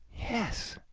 yes.